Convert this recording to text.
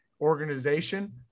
organization